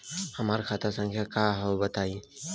हमार खाता संख्या का हव बताई?